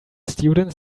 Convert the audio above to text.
students